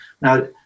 Now